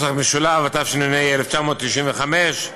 התשנ"ה 1995,